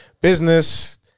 business